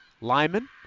Lyman